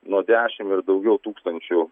nuo dešim ir daugiau tūkstančių